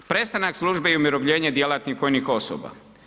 Prestanak službe i umirovljenje djelatnih vojnih osoba.